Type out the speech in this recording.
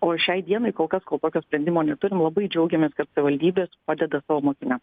o šiai dienai kol kas tokio sprendimo neturim labai džiaugiamės kad savivaldybės padeda savo mokiniam